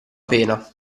pena